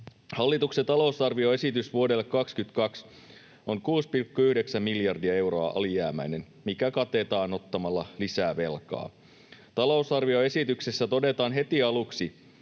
Hallituksen talousarvioesitys vuodelle 22 on 6,9 miljardia euroa alijäämäinen, mikä katetaan ottamalla lisää velkaa. Talousarvioesityksessä todetaan heti aluksi: